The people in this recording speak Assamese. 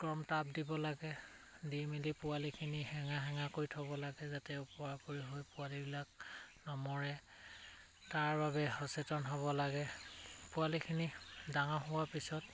গৰম তাপ দিব লাগে দি মেলি পোৱালিখিনি সেৰেঙা সেৰেঙা কৰি থ'ব লাগে যাতে ওপৰা ওপৰি হৈ পোৱালিবিলাক নমৰে তাৰ বাবে সচেতন হ'ব লাগে পোৱালিখিনি ডাঙৰ হোৱাৰ পিছত